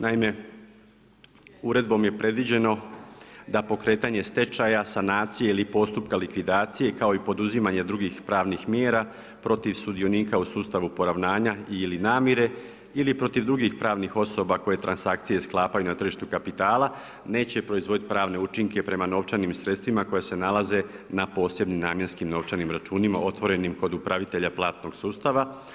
Naime, uredbom je predviđeno da pokretanje stečaja, sanacije ili postupka likvidacije kao i poduzimanje drugih pravnih mjera protiv sudionika u sustavu poravnanja ili namire ili protiv drugih pravnih osoba koje transakcije sklapaju na tržištu kapitala neće proizvoditi pravne učinke prema novčanim sredstvima koja se nalaze na posebnim namjenskim novčanim računima otvorenim kod upravitelja platnog sustava.